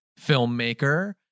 filmmaker